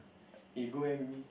eh go eh with me